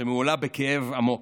שמהולה בכאב עמוק.